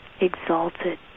exalted